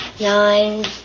Nine